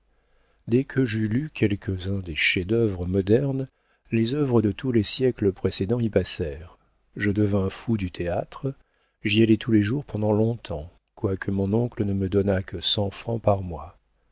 dès que j'eus lu quelques-uns des chefs-d'œuvre modernes les œuvres de tous les siècles précédents y passèrent je devins fou du théâtre j'y allai tous les jours pendant longtemps quoique mon oncle ne me donnât que cent francs par mois